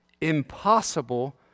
impossible